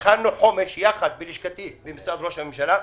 הכנו תוכנית חומש יחד בלשכתי במשרד ראש הממשלה,